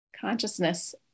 consciousness